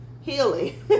healing